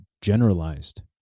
generalized